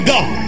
God